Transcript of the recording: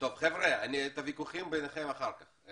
חבר'ה, את הוויכוחים האלה אחר כך.